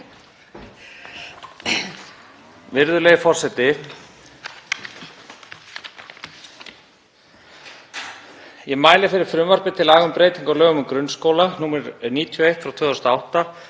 Virðulegi forseti. Ég mæli fyrir frumvarpi til laga um breytingu á lögum um grunnskóla, nr. 91/2008,